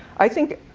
i think,